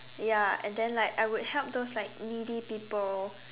ya and then like I would help like those needy people